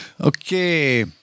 Okay